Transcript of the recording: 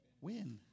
win